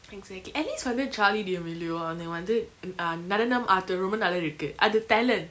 exactly at least for example charli d'amelio அவனுங்க வந்து:avanunga vanthu err நடனம் ஆட்ரது ரொம்ப நல்லா இருக்கு அது:nadanam aatrathu romba nalla iruku athu talent